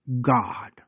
God